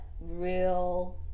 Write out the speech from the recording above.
real